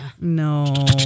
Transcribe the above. No